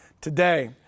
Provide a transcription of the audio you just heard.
today